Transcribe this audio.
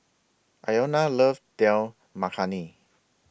Iona loves Dal Makhani